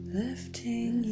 lifting